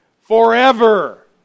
forever